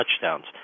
touchdowns